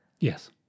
Yes